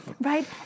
right